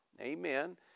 amen